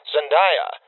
Zendaya